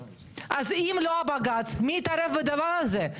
אם לא הבג"צ מי יתערב בדבר הזה?